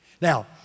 Now